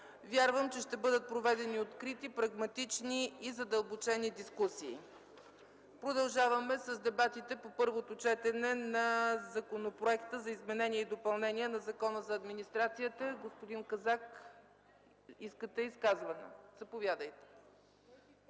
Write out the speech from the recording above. Вярвам, че ще бъдат проведени открити, прагматични и задълбочени дискусии. Продължаваме с дебатите по първото четене на Законопроекта за изменение и допълнение на Закона за администрацията. Господин Казак, заповядайте